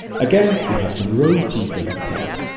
again, we have some rove keyframes applied.